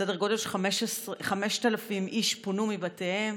סדר גודל של 5,000 איש פונו מבתיהם,